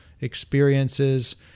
experiences